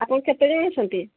ଆପଣ କେତେ ଯାଏଁ ଅଛନ୍ତି